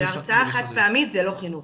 הרצאה חד-פעמית זה לא חינוך.